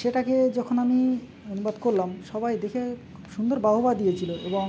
সেটাকে যখন আমি অনুবাদ করলাম সবাই দেখে খুব সুন্দর বাহবা দিয়েছিল এবং